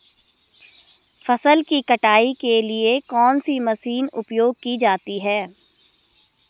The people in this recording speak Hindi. फसल की कटाई के लिए कौन सी मशीन उपयोग की जाती है?